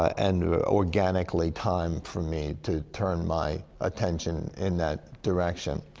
and organically-timed for me to turn my attention in that direction.